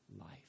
life